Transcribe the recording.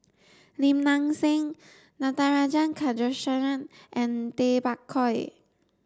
Lim Nang Seng Natarajan Chandrasekaran and Tay Bak Koi